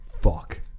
fuck